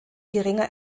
geringer